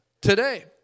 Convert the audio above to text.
today